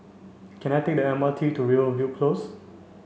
can I take the M R T to Rivervale Close